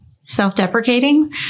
self-deprecating